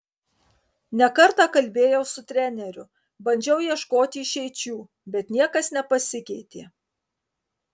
ne kartą kalbėjau su treneriu bandžiau ieškoti išeičių bet niekas nepasikeitė